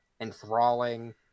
enthralling